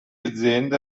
aziende